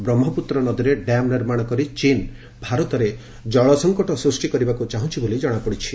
ବ୍ରହ୍ମପୁତ୍ର ନଦୀରେ ଡ୍ୟାମ୍ ନିର୍ମାଣ କରି ଚୀନ୍ ଭାରତରେ ଜଳ ସଙ୍କଟ ସୃଷ୍ଟି କରିବାକୁ ଚାହୁଁଛି ବୋଲି ଜଣାପଡ଼ିଛି